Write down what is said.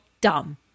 dumb